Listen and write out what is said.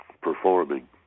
performing